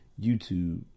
YouTube